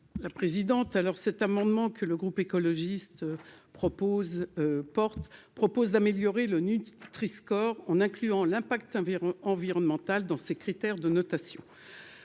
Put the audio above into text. la présidente, alors cet amendement que le groupe écologiste propose porte propose d'améliorer le Nutriscore on incluant l'impact environ environnementale dans ses critères de notation